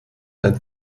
dein